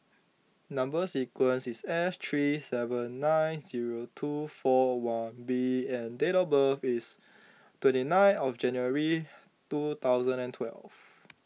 Number Sequence is S three seven nine zero two four one B and date of birth is twenty nine of January two thousand and twelve